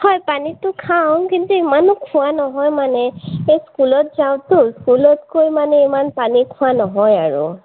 হয় পানীতো খাওঁ কিন্তু ইমানো খোৱা নহয় মানে এই স্কুলত যাওঁতো স্কুলত গৈ মানে ইমান পানী খোৱা নহয় আৰু